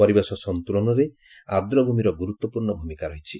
ପରିବେଶ ସନ୍ତୁଳନରେ ଆର୍ଦ୍ରଭୂମିର ଗୁରୁତ୍ୱପୂର୍ଣ୍ଣ ଭୂମିକା ରହିଛି